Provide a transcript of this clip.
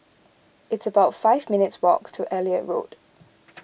it's about five minutes' walk to Elliot Road